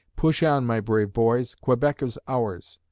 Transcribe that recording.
push on, my brave boys! quebec is ours!